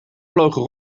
vlogen